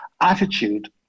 attitude